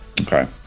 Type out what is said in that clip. Okay